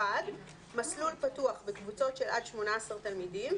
(1) מסלול פתוח בקבוצות של עד 18 תלמידים,